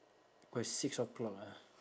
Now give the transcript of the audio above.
oh it's six o'clock ah